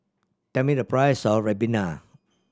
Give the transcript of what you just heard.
tell me the price of ribena